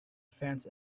fence